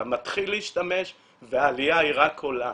אתה מתחיל להשתמש וזה רק עולה.